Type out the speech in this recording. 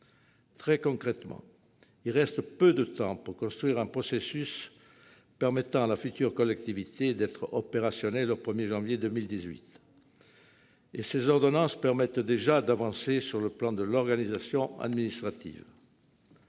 Très concrètement, il reste peu de temps pour construire un processus permettant à la future collectivité d'être opérationnelle au 1 janvier 2018. Les ordonnances permettent déjà d'avancer sur le plan de l'organisation administrative.